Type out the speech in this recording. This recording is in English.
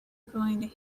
going